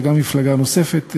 וגם מפלגה נוספת,